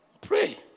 Pray